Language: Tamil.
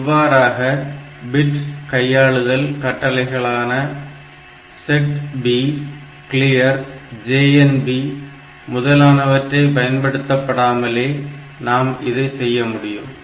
இவ்வாறாக பிட் கையாளுதல் கட்டளைகளாக செட் B கிளியர் JNB முதலானவற்றை பயன்படுத்தாமலே நாம் இதை செய்ய முடியும்